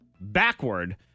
backward